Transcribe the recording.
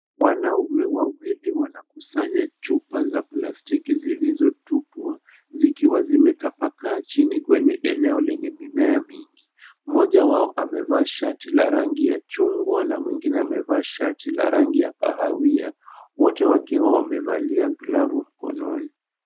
Wanaume wawili wanakusanya chupa za plastiki zilizotupwa zikiwa zimetapakaa chini kwenye eneo lenye mimea mingi. Mmoja wao amevaa shati la rangi ya chungwa na mwingine amevaa shati la rangi ya kahawia wote wakiwa wamevalia glovu mkononi.